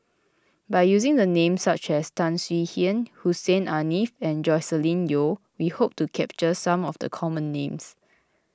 by using the names such as Tan Swie Hian Hussein Haniff and Joscelin Yeo we hope to capture some of the common names